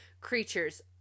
creatures